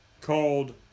called